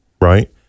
right